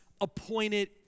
appointed